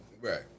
Right